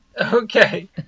okay